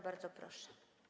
Bardzo proszę.